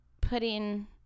putting